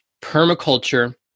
permaculture